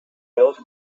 built